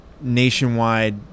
nationwide